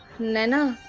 naina,